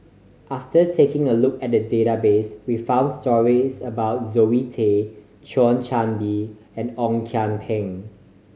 after taking a look at the database we found stories about Zoe Tay Thio Chan Bee and Ong Kian Peng